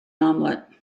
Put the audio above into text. omelette